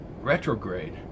retrograde